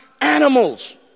Animals